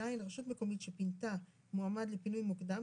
רשות מקומית שפינתה מועמד לפינוי מוקדם